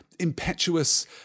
Impetuous